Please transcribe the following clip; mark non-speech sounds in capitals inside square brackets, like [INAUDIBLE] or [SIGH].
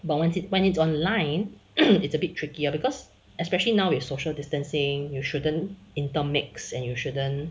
but when it when it's online [COUGHS] it's a bit trickier because especially now with social distancing you shouldn't intermix and you shouldn't